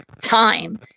time